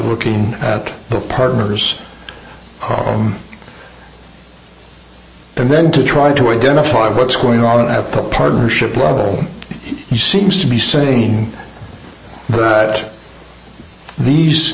looking at the partner's own and then to try to identify what's going on at the partnership level he seems to be saying that these